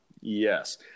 yes